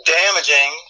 damaging